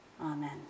amen